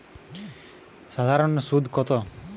সাধারণ ঋণের সুদ কত?